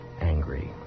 angry